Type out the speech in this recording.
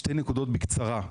שתי נקודות בקצרה.